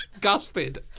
gusted